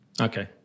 Okay